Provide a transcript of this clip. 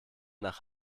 nach